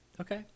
okay